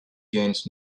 gains